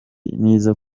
n’izo